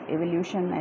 Evolution